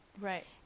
Right